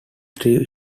threw